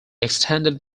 extended